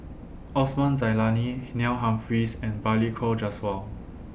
Osman Zailani Neil Humphreys and Balli Kaur Jaswal